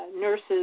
nurses